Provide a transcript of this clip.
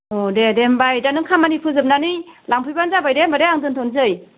अ दे दे होनबा दा नों खामानि फोजोबनानै लांफैबानो जाबाय दे होनबा दे आं दोन्थ'नोसै